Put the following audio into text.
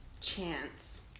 Chance